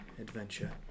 adventure